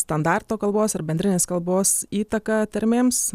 standarto kalbos ar bendrinės kalbos įtaka tarmėms